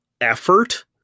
effort